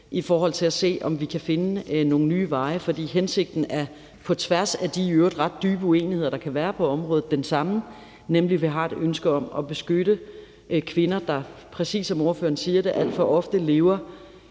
i forhold til at se, om vi kan finde nogle nye veje. For hensigten er på tværs af de i øvrigt ret dybe uenigheder, der kan være på området, den samme, nemlig at vi har et ønske om at beskytte kvinder, der, præcis som ordføreren siger det, alt for ofte også